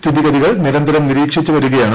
സ്ഥിതിഗതികൾ നിരന്തരം നിരീക്ഷിച്ച് വരികയാണ്